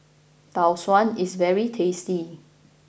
Tau Suan is very tasty